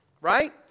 Right